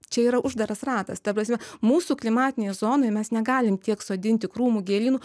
čia yra uždaras ratas ta prasme mūsų klimatinėj zonoj mes negalim tiek sodinti krūmų gėlynų